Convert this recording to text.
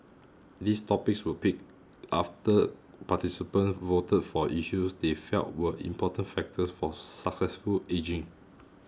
these topics were picked after participants voted for issues they felt were important factors for successful ageing